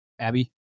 abby